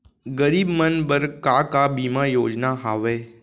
गरीब मन बर का का बीमा योजना हावे?